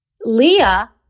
Leah